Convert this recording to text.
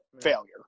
failure